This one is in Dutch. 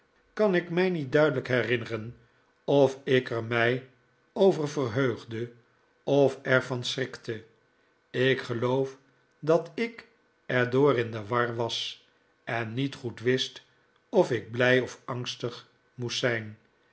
kan ik mij niet duidelijk herinneren of ik er mij over verheugde of er van schrikte ik geloof dat ik er door in de war was en niet goed wist of ik blij of angstig moest zijn